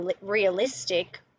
realistic